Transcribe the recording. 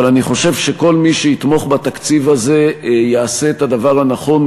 אבל אני חושב שכל מי שיתמוך בתקציב הזה יעשה את הדבר הנכון,